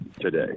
today